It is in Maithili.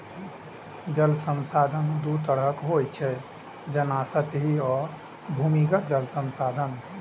जल संसाधन दू तरहक होइ छै, जेना सतही आ भूमिगत जल संसाधन